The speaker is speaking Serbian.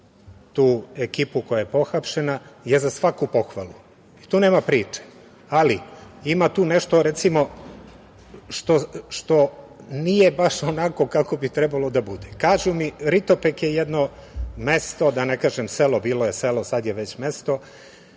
tu ekipu koja je pohapšena je za svaku pohvalu. Tu nema priče. Ima tu nešto, recimo što nije baš onako kako bi trebalo da bude. Kažu mi Ritopek je jedno mesto, da ne kažem selo, bilo je selo, sada je već mesto